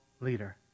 leader